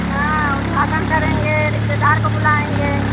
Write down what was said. हाँ उद्घाटन करेंगे रिश्तेदार को बुलाएँगे